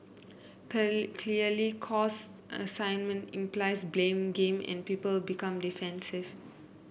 clear clearly cause assignment implies blame game and people become defensive